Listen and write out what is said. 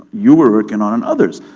you were working on and others.